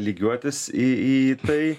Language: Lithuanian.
lygiuotis į į tai